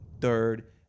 third